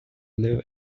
live